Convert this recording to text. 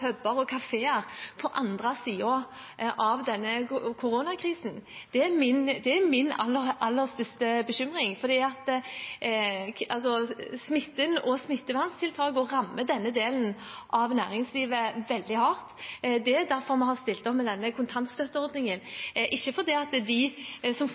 og kafeer på andre siden av denne koronakrisen. Det er min aller største bekymring. Smitten og smitteverntiltakene rammer denne delen av næringslivet veldig hardt. Det er derfor vi har stilt opp med denne kontantstøtteordningen – ikke fordi de som